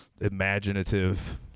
imaginative